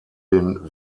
den